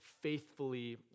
faithfully